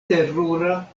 terura